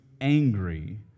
angry